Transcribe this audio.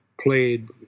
played